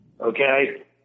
okay